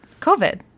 COVID